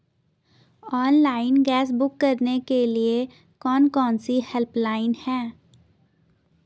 Online gas book करने के लिए कौन कौनसी हेल्पलाइन हैं?